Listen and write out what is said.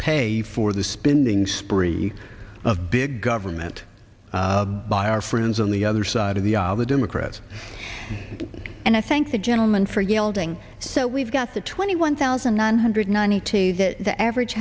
pay for the spending spree of big government by our friends on the other side of the aisle the democrats and i thank the gentleman for yielding so we've got the twenty one thousand nine hundred ninety two that the average